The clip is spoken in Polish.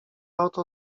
oto